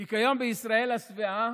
כי כיום בישראל השבעה